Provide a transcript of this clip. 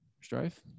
Strife